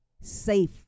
Safe